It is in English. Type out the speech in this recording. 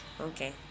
Okay